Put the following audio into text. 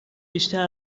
بیشتر